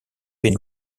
been